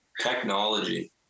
technology